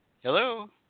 Hello